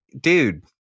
dude